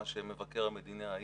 מה שמבקר המדינה העיר.